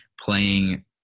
playing